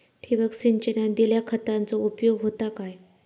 ठिबक सिंचनान दिल्या खतांचो उपयोग होता काय?